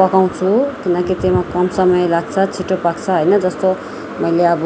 पकाउँछु किनकि त्यसमा कम समय लाग्छ होइन छिटो पाक्छ होइन जस्तो मैले अब